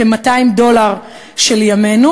כ-200 דולר של ימינו